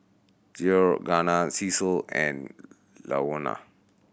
Georganna Cecil and Louanna